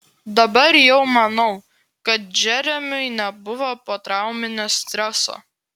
dabar jau manau kad džeremiui nebuvo potrauminio streso